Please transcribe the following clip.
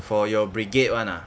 for your brigade [one] ah